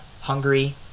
Hungary